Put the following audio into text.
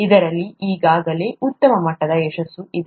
ಇದರಲ್ಲಿ ಈಗಾಗಲೇ ಉತ್ತಮ ಮಟ್ಟದ ಯಶಸ್ಸು ಇದೆ